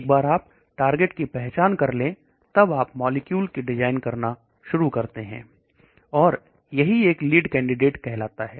एक बार आप टारगेट की पहचान कर लेते हैं तब आप मॉलिक्यूल की संरचना करना शुरू करते हैं और यही एक लीड कैंडिडेट आता है